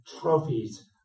trophies